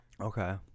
Okay